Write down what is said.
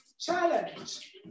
Challenge